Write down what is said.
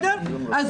אני